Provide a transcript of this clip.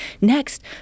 Next